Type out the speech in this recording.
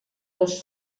dos